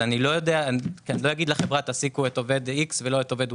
אני לא אומר לחברה שתעסיק עובד מסוים ולא אחר.